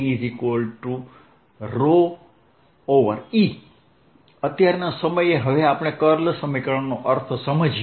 EE અત્યારના સમયે હવે આપણે કર્લ સમીકરણનો અર્થ સમજીએ